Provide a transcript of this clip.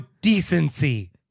decency